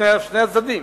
שני הצדדים.